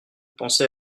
pensez